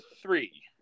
three